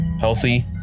healthy